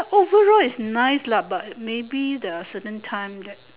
overall is nice lah but maybe the certain time that